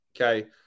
okay